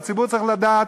והציבור צריך לדעת,